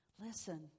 listen